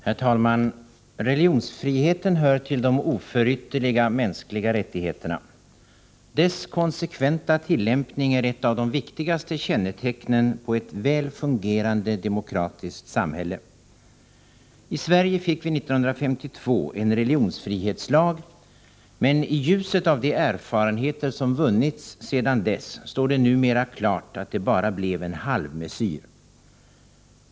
Herr talman! Religionsfriheten hör till de oförytterliga mänskliga rättigheterna. Dess konsekventa tillämpning är ett av de viktigaste kännetecknen på ett väl fungerande demokratiskt samhälle. I Sverige fick vi 1952 en religionsfrihetslag, men i ljuset av de erfarenheter som vunnits sedan dess står det numera klart att det bara blev en halvmesyr.